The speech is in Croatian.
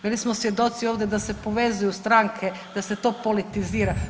Bili smo svjedoci ovdje da se povezuju stranke, da se to politizira.